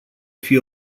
fie